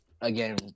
again